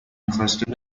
میخواسته